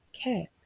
Okay